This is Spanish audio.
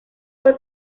fue